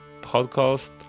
podcast